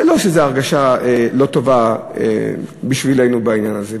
זה לא ההרגשה הלא-טובה שלנו בעניין הזה,